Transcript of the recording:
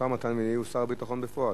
השר מתן וילנאי הוא שר הביטחון בפועל.